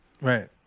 Right